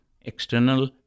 external